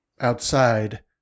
Outside